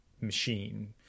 machine